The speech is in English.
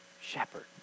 shepherd